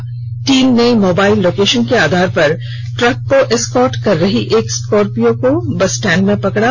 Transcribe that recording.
NCB की team ने mobile location के आधार पर ट्रक को स्कार्ट कर रही एक स्कारर्पियो को बस स्टैंड में पकड़ा